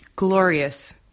Glorious